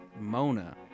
Mona